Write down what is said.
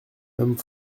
homme